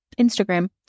Instagram